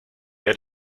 had